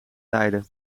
leiden